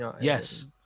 yes